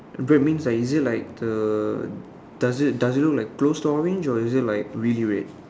bread means like is it like the does it does it look like closed orange or is it like really red